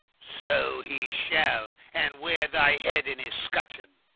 so he shall, and wear thy head in his scutcheon.